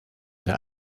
der